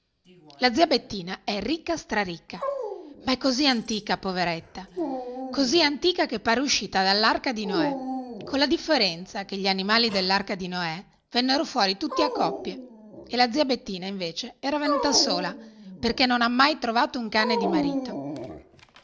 la zia bettina è ricca straricca ma è così antica poveretta così antica che pare uscita dall'arca di noè con la differenza che gli animali dell'arca di noè vennero fuori tutti a coppie e la zia bettina invece era venuta sola perché non ha mai trovato un cane di marito